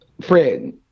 Fred